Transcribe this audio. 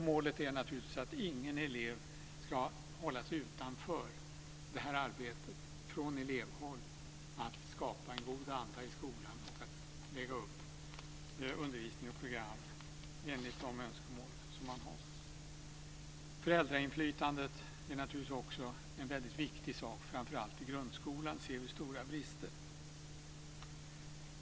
Målet är naturligtvis att ingen elev ska hållas utanför det här arbetet från elevhåll att skapa en god anda i skolan och att lägga upp undervisning och program enligt de önskemål som man har. Föräldrainflytandet är naturligtvis också en väldigt viktig sak. Framför allt i grundskolan ser vi stora brister.